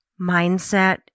mindset